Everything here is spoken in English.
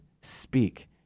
speak